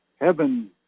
heaven